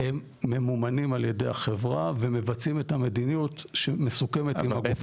הם ממומנים על ידי החברה ומבצעים את המדיניות שמסוכמת עם הגופים.